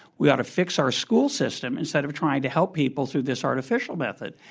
we ought to fix our school system instead of trying to help people through this artificial method.